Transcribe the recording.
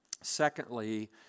Secondly